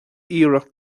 iarracht